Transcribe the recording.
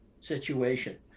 situation